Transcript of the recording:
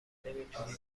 نمیتونیم